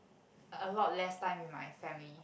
a lot left time with my family